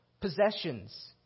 possessions